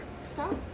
Stop